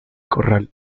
corral